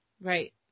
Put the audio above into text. Right